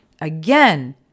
Again